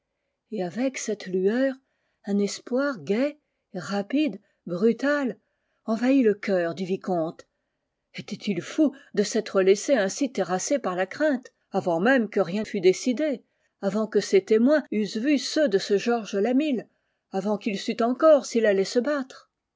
et avec cette lueur un espoir gai rapide brutal envahit le cœur du vicomte etait-il fou de s'être laissé ainsi terrasser par la crainte avant même que rien fût décidé avant que ses témoins eussent vu ceux de ce georges lamil avant qu'il sût encore s'il allait se battre